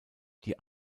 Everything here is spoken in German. die